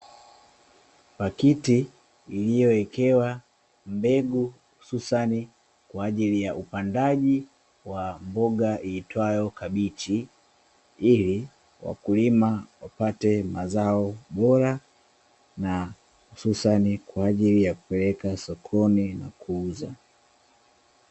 Pakiti iliyoekewa mbegu hususani kwa ajili ya upandaji wa mboga iitwayo kabichi, ili wakulima wapate mazao bora na ususani kwa ajili ya kupeleka sokoni na kuuza.